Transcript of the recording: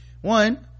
one